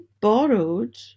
borrowed